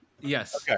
yes